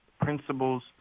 principles